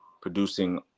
producing